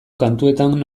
kantuetan